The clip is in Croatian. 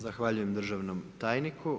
Zahvaljujem državnom tajniku.